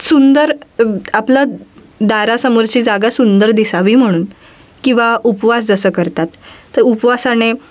सुंदर आपला दारासमोरची जागा सुंदर दिसावी म्हणून किंवा उपवास जसं करतात तर उपवासाने